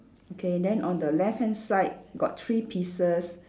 okay then on the left hand side got three pieces